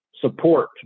support